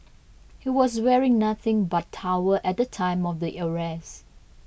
he was wearing nothing but towel at the time of the arrest